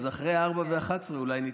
אז אחרי 4 ו-11 אולי נתייעל.